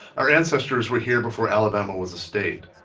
our ancestors were here before alabama was a state,